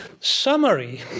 summary